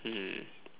um